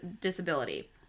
disability